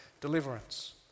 deliverance